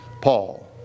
Paul